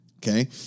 Okay